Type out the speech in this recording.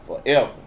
forever